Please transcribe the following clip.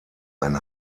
ein